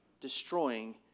destroying